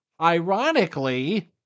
ironically